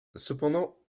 cependant